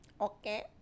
okay